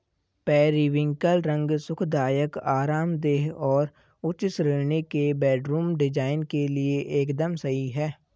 periwinkle रंग सुखदायक, आरामदेह और उच्च श्रेणी के बेडरूम डिजाइन के लिए एकदम सही है